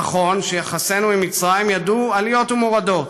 נכון שיחסינו עם מצרים ידעו עליות ומורדות,